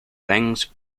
things